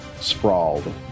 sprawled